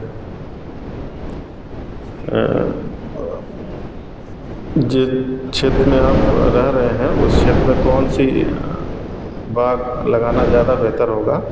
जिस क्षेत्र में आप रह रहे हैं उस क्षेत्र में कौनसी बाड लगाना ज़्यादा बेहतर होगा